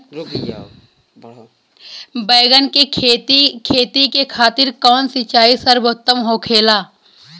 बैगन के खेती खातिर कवन सिचाई सर्वोतम होखेला?